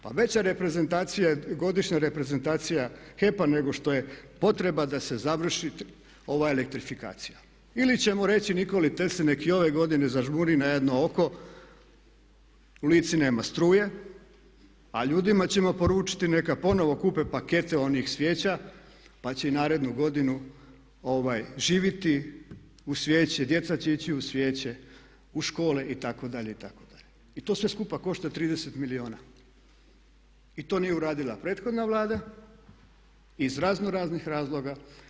Pa veća reprezentacija, godišnja reprezentacija HEP-a nego što je potreba da se završi ova elektrifikacija ili ćemo reći Nikoli Tesli nek i ove godine zašmiri na jedno oko, u Lici nema struje a ljudima ćemo poručiti neka ponovno kupe pakete onih svijeća pa će i narednu godinu živjeti uz svijeće, djeca će ići uz svijeće u škole, itd. itd. i to sve skupa košta 30 milijuna i to nije uradila prethodna Vlada iz razno raznih razloga.